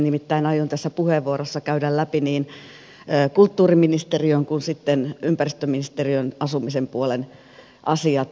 nimittäin aion tässä puheenvuorossa käydä läpi niin kulttuuriministeriön kuin ympäristöministeriön asumisen puolen asiat